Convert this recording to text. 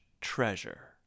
Treasure